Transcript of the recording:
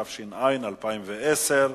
התש"ע 2010,